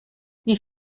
wie